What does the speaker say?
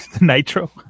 Nitro